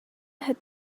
had